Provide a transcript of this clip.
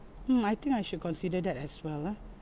mm I think I should consider that as well ah